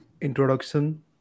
introduction